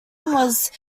was